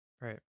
Right